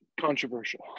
controversial